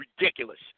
ridiculous